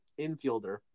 infielder